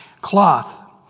cloth